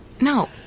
No